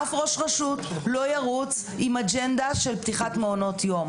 אף ראש רשות לא ירוץ עם אג'נדה של פתיחת מעונות יום,